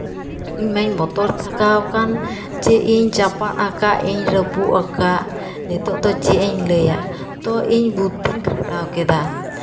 ᱤᱧ ᱢᱟᱧ ᱵᱚᱛᱚᱨ ᱛᱷᱟᱠᱟᱣ ᱟᱠᱟᱱ ᱡᱮ ᱤᱧ ᱪᱟᱯᱟᱫ ᱟᱠᱟᱫ ᱤᱧ ᱨᱟᱹᱯᱩᱫ ᱟᱠᱟᱫ ᱱᱤᱛᱚᱜ ᱫᱚ ᱪᱮᱫ ᱤᱧ ᱞᱟᱹᱭᱟ ᱛᱳ ᱤᱧ ᱵᱩᱫᱽᱫᱷᱤᱧ ᱠᱷᱟᱴᱟᱣ ᱠᱮᱫᱟ